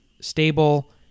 stable